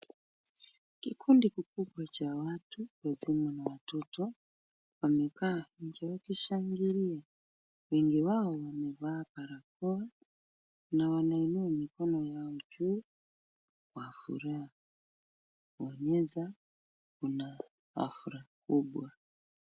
Kikundi kikubwa cha watu wazima na watoto wamekaa nje wakishangilia. Wengi wao wamevaa barakoa na wanainua mikono yao juu kwa furaha kuonyesha kuna hafla kubwa.